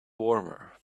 warmer